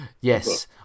Yes